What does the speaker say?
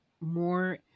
more